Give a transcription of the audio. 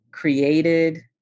Created